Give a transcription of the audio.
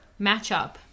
matchup